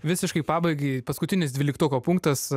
visiškai pabaigai paskutinis dvyliktuko punktas